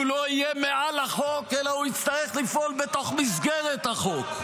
הוא לא יהיה מעל החוק אלא הוא יצטרך לפעול בתוך מסגרת החוק.